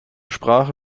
sprache